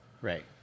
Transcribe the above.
Right